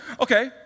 Okay